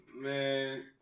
Man